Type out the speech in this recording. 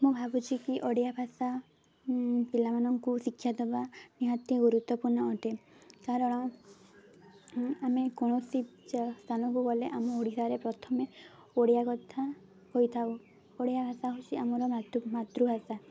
ମୁଁ ଭାବୁଛି କି ଓଡ଼ିଆ ଭାଷା ପିଲାମାନଙ୍କୁ ଶିକ୍ଷା ଦେବା ନିହାତି ଗୁରୁତ୍ୱପୂର୍ଣ୍ଣ ଅଟେ କାରଣ ଆମେ କୌଣସି ସ୍ଥାନକୁ ଗଲେ ଆମ ଓଡ଼ିଶାରେ ପ୍ରଥମେ ଓଡ଼ିଆ କଥା କହିଥାଉ ଓଡ଼ିଆ ଭାଷା ହେଉଛି ଆମର ମାତୃଭାଷା